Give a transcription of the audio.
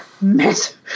mess